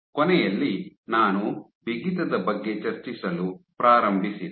ಕೊನೆಯಲ್ಲಿ ನಾನು ಬಿಗಿತದ ಬಗ್ಗೆ ಚರ್ಚಿಸಲು ಪ್ರಾರಂಭಿಸಿದೆ